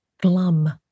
glum